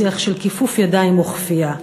שיח של כיפוף ידיים וכפייה.